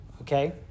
Okay